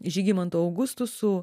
žygimantu augustu su